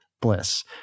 Bliss